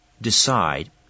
decide